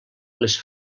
les